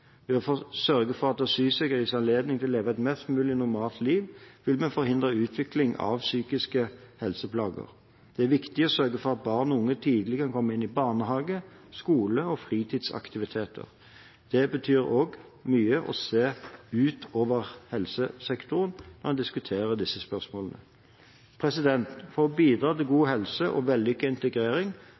Ved å sørge for at asylsøkere gis anledning til å leve et mest mulig normalt liv, vil vi forhindre utvikling av psykiske helseplager. Det er viktig å sørge for at barn og unge tidlig kan komme inn i barnehage, skole og fritidsaktiviteter. Det betyr også mye å se utover helsesektoren når en diskuterer disse spørsmålene. For å bidra til god helse og vellykket integrering